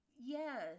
Yes